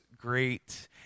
great